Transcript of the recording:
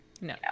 No